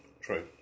True